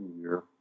year